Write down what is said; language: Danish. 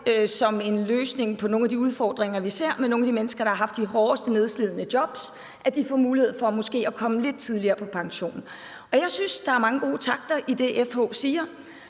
som en løsning på nogle af de udfordringer, vi ser, med nogle af de mennesker, der har haft de hårdeste nedslidende jobs, så de får mulighed for måske at komme lidt tidligere på pension? Jeg synes, der er mange gode takter i det, som FH siger.